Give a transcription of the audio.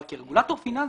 אבל כרגולטור פיננסי,